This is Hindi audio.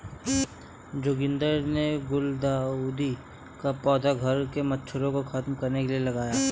जोगिंदर ने गुलदाउदी का पौधा घर से मच्छरों को खत्म करने के लिए लगाया